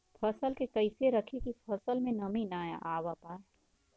फसल के कैसे रखे की फसल में नमी ना आवा पाव?